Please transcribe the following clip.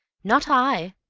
not i.